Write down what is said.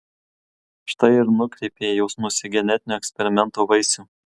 štai ir nukreipei jausmus į genetinio eksperimento vaisių